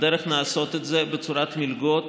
הדרך לעשות את זה היא בצורת מלגות